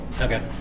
Okay